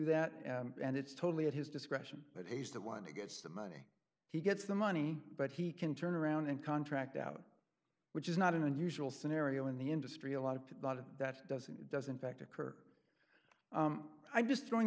that and it's totally at his discretion but he's the one who gets the money he gets the money but he can turn around and contract out which is not an unusual scenario in the industry a lot of lot of that doesn't it doesn't fact occur i'm just throwing